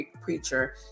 preacher